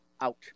out